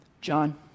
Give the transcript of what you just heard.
John